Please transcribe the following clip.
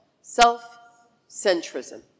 Self-centrism